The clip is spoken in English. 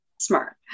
smart